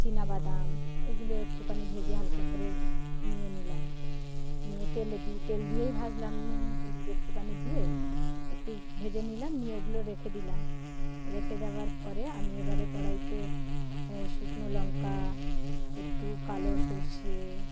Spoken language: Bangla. চীনা বাদাম এগুলো একটুখানি ভেজে হালকা করে নিয়ে নিলাম নিয়ে তেলে দিই তেল দিয়েই ভাজলাম নুন হলুদ একটুখানি দিয়ে একটু ভেজে নিলাম নিয়ে ওগুলো রেখে দিলাম রেখে দেওয়ার পরে আমি এবারে কড়াইতে শুকনো লঙ্কা একটু কালো সর্ষে